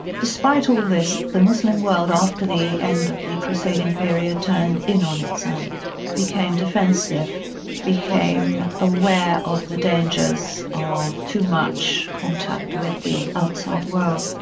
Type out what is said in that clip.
despite all this the muslim world after the end of the crusading period, turned in on itself became defensive became aware of the dangers of too much contact with the outside world,